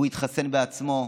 והוא התחסן בעצמו.